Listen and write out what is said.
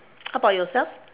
how about yourself